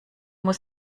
muss